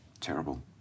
Terrible